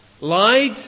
Lied